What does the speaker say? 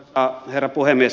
arvoisa herra puhemies